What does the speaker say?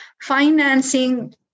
Financing